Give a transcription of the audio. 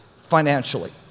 financially